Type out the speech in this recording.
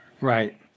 Right